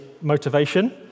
motivation